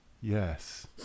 Yes